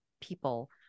people